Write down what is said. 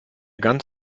ganz